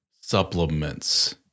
supplements